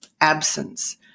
absence